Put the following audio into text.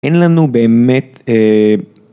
אין לנו באמת, אה...